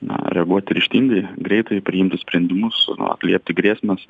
na reaguoti ryžtingai greitai priimti sprendimus na atliepti grėsmes